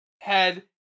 head